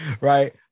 Right